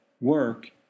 work